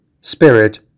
spirit